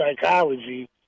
psychology